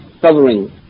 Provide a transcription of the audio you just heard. covering